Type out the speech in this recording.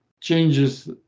changes